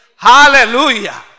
Hallelujah